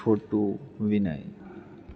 Chhotu Vinay